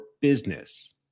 business